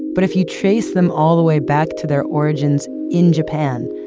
but if you trace them all the way back to their origins in japan,